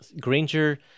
Granger